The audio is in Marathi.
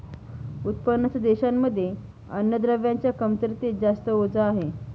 उत्पन्नाच्या देशांमध्ये अन्नद्रव्यांच्या कमतरतेच जास्त ओझ आहे